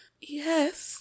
yes